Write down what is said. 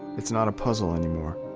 it's not a puzzle anymore.